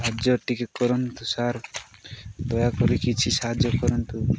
ସାହାଯ୍ୟ ଟିକେ କରନ୍ତୁ ସାର୍ ଦୟାକରି କିଛି ସାହାଯ୍ୟ କରନ୍ତୁ